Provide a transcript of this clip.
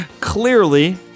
clearly